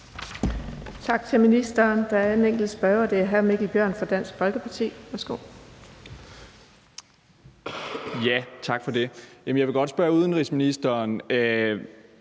Tak til ministeren. Der er en enkelt spørger, og det er hr. Mikkel Bjørn fra Dansk Folkeparti. Værsgo. Kl. 15:32 Mikkel Bjørn (DF): Tak for det. Jeg vil godt spørge udenrigsministeren